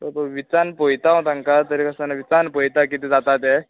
हय विचारन पयता हांव तांकां तरी आसतना विचारन पयता कितें जाता तें